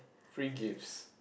free gifts